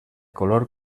color